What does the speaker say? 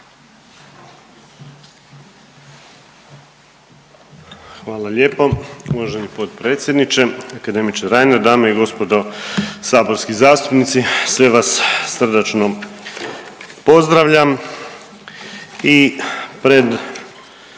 Hvala lijepo uvaženi potpredsjedniče akademiče Reiner, dame i gospodo saborski zastupnici sve vas srdačno pozdravljam i pred